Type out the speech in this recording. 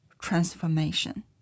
transformation